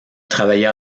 travailla